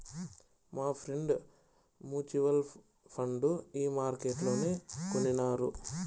మాఫ్రెండ్ mutual fund ఈ మార్కెట్లనే కొనినారు